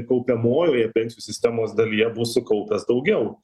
kaupiamojoje pensijų sistemos dalyje bus sukaupęs daugiau